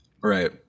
Right